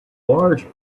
larger